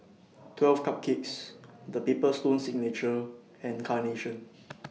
twelve Cupcakes The Paper Stone Signature and Carnation